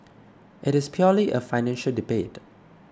it is purely a financial debate